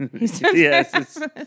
yes